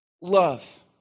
Love